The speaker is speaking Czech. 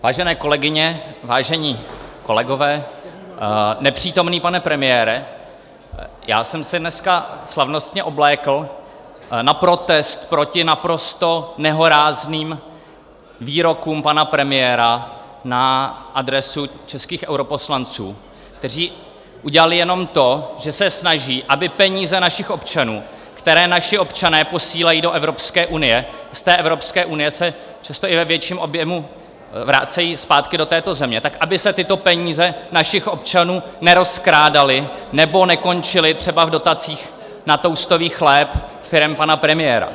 Vážené kolegyně, vážení kolegové, nepřítomný pane premiére, já jsem se dneska slavnostně oblékl na protest proti naprosto nehorázným výrokům pana premiéra na adresu českých europoslanců, kteří udělali jenom to, že se snaží, aby peníze našich občanů, které naši občané posílají do Evropské unie z té Evropské unie se často i ve větším objemu vracejí zpátky do této země tak aby se tyto peníze našich občanů nerozkrádaly nebo nekončily třeba v dotacích na toastový chléb firem pana premiéra.